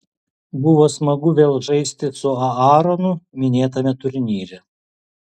buvo smagu vėl žaisti su aaronu minėtame turnyre